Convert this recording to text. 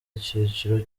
icyiciro